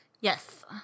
Yes